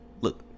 look